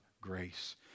grace